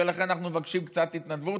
ולכן אנחנו מבקשים קצת התנדבות,